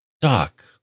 dock